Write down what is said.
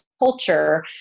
culture